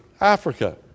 Africa